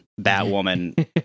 Batwoman